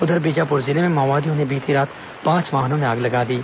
उधर बीजापुर जिले में माओवादियों ने बीती रात पांच वाहनों में आग लगा दी